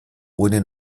ohne